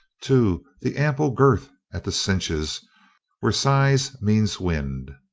too, the ample girth at the cinches where size means wind.